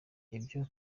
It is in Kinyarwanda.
ibyo